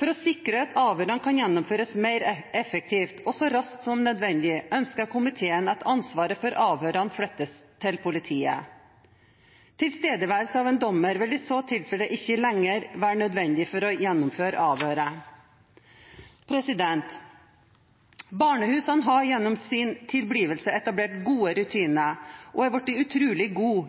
For å sikre at avhørene kan gjennomføres mer effektivt og så raskt som nødvendig, ønsker komiteen at ansvaret for avhørene flyttes til politiet. Tilstedeværelse av en dommer vil i så tilfelle ikke lenger være nødvendig for å gjennomføre avhøret. Barnehusene har gjennom sin tilblivelse etablert gode rutiner og er blitt utrolig gode